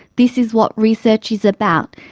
this is what research is about,